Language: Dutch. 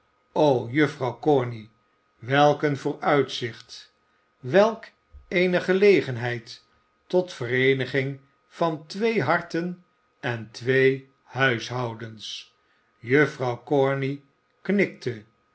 o juffrouw corney welk een vooruitzicht welke eene gelegenheid tot vereeniging van twee harten en twee huishoudens juffrouw corney knikte